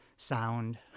sound